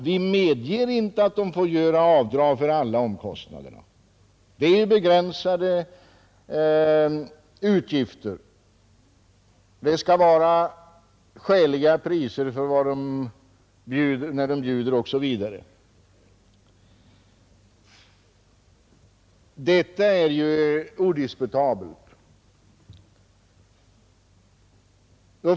Vi medger att de får göra begränsade avdrag för omkostnader, men priserna skall vara skäliga när man bjuder i representationssammanhang osv.